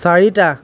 চাৰিটা